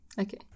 Okay